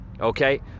okay